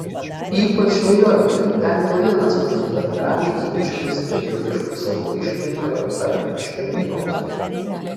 ypač niujorke ten ne vienas mūsų bendraamžis bičiulis tebeieško savo išrinktojo ar išrinktosios